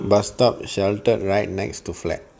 bus stop sheltered right next to flat